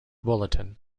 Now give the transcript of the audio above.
bulletin